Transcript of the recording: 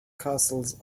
castles